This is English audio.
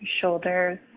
Shoulders